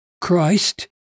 Christ